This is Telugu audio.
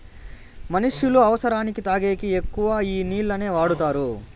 మనుష్యులు అవసరానికి తాగేకి ఎక్కువ ఈ నీళ్లనే వాడుతారు